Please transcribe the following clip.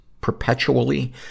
perpetually